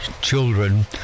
children